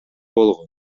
болгон